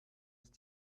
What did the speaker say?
ist